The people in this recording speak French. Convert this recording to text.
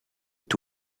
est